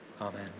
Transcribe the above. Amen